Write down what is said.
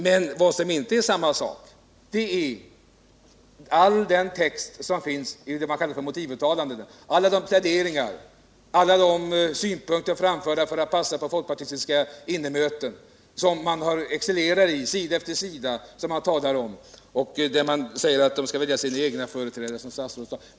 Men vad som inte är samma sak är all den text som finns i det man kallar för motivuttalandena — alla de synpunkter som finns framförda för att passa på folkpartistiska innemöten och som man excellerar i sida efter sida. Man säger att hyresgästerna skall välja sina egna företrädare, och det hävdade också statsrådet här.